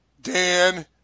Dan